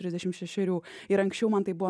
trisdešim šešerių ir anksčiau man tai buvo